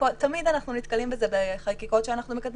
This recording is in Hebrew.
ותמיד אנחנו נתקלים בזה בחקיקות שאנחנו מקדמים,